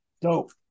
dope